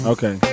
Okay